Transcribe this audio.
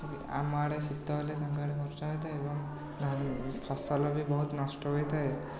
ଆମ ଆଡ଼େ ଶୀତ ହେଲେ ତାଙ୍କ ଆଡ଼େ ବର୍ଷା ହୋଇଥାଏ ଏବଂ ଫସଲ ବି ବହୁତ ନଷ୍ଟ ହୋଇଥାଏ